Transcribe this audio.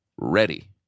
ready